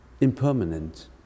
impermanent